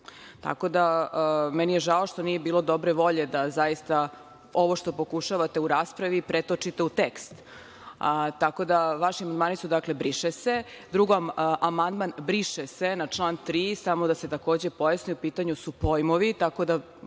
se“. Meni je žao što nije bilo dobre volje da ovo što pokušavate u raspravi pretočite u tekst. Dakle, vaši amandmani su „briše se“.Drugo, amandman „briše se“ na član 3, samo da se takođe pojasni, u pitanju su pojmovi, tako da